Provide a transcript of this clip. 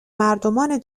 مردمان